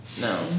No